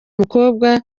mukobwa